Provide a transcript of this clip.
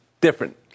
different